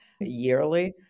yearly